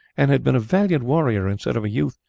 and had been a valiant warrior instead of a youth,